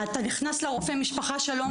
אתה נכנס לרופא משפחה "שלום,